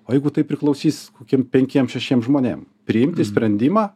o jeigu tai priklausys kokiem penkiem šešiem žmonėm priimti sprendimą